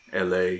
LA